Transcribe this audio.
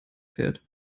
fährt